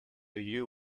you